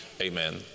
Amen